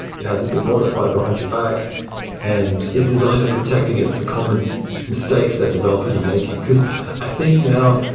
it hasn't been modified behind your back and it's designed to protect against the common mistakes that developers are making. because i think now,